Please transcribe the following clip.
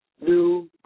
New